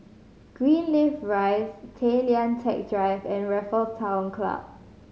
Greenleaf Rise Tay Lian Teck Drive and Raffles Town Club